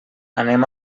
anem